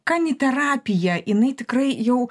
kaniterapija inai tikrai jau